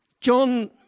John